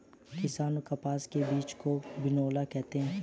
किसान कपास के बीज को बिनौला कहते है